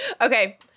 Okay